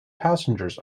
passengers